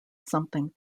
something